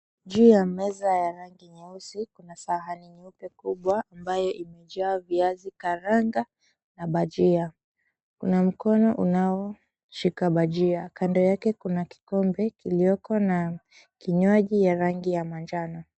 Juu ya meza ya rangi nyeusi kuna sahani moja kubwa ambayo imejaa viazi karanga na bajia kuna mkono unaoshika bajia kando yake kuna kikombe kilioko na kilioko na rangi ya manjano.